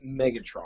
Megatron